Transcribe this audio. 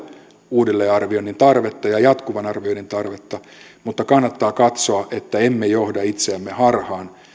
uudelleenarvioinnin tarvetta ja jatkuvan arvioinnin tarvetta mutta kannattaa katsoa että emme johda itseämme harhaan